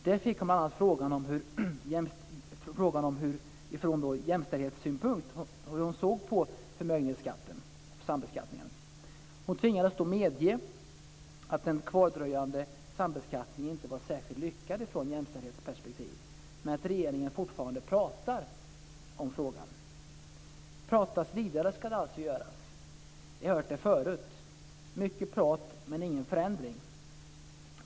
Bl.a. fick hon frågan hur hon från jämställdhetssynpunkt såg på förmögenhetsskatten och sambeskattningen. Hon tvingades då medge att den kvardröjande sambeskattningen inte var särskilt lyckad från jämställdhetsperspektiv men att regeringen fortfarande pratar om frågan. Pratas vidare ska det alltså göras. Vi har hört det förut - mycket prat men ingen förändring.